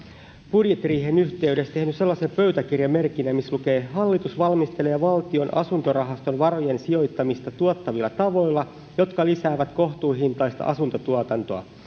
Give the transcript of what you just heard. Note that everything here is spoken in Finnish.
budjettiriihen yhteydessä tehnyt pöytäkirjamerkinnän missä lukee hallitus valmistelee valtion asuntorahaston varojen sijoittamista tuottavilla tavoilla jotka lisäävät kohtuuhintaista asuntotuotantoa